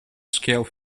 scale